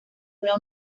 una